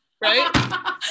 Right